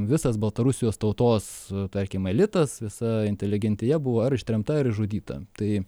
visas baltarusijos tautos tarkim elitas visa inteligentija buvo ar ištremta ar išžudyta tai